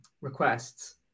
Requests